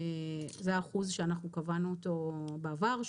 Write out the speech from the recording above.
זה האחוז שאנחנו קבענו אותו בעבר.